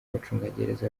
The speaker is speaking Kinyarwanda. abacungagereza